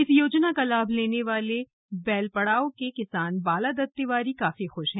इस योजना का लाभ लेने वाले बैलपड़ाव के किसान बाला दत्त तिवारी काफी खुश हैं